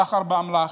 סחר באמל"ח,